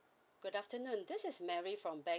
good afternoon this is mary from bank